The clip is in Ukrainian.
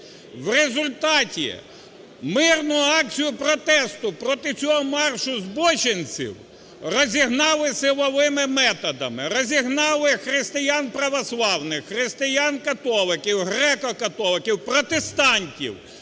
В результаті мирну акцію протесту проти цього маршу збоченців розігнали силовими методами, розігнали християн православних, християн католиків, греко-католиків, протестантів!